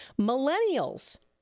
Millennials